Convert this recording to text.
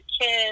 kids